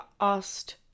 asked